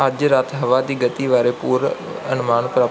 ਅੱਜ ਰਾਤ ਹਵਾ ਦੀ ਗਤੀ ਬਾਰੇ ਪੂਰਵ ਅਨੁਮਾਨ ਪ੍ਰਾਪਤ